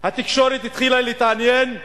התקשורת התחילה להתעניין,